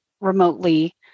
remotely